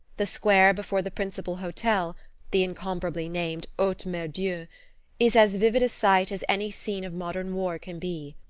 the square before the principal hotel the incomparably named haute mere-dieu is as vivid a sight as any scene of modern war can be.